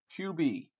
QB